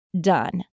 done